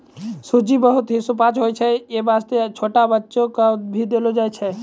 सूजी बहुत हीं सुपाच्य होय छै यै वास्तॅ छोटो बच्चा क भी देलो जाय छै